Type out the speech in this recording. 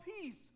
peace